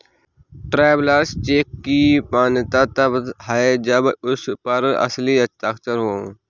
travellers cheque की मान्यता तब है जब उस पर असली हस्ताक्षर हो